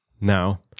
now